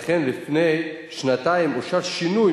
עמיתי חברי הכנסת מסיעת ש"ס,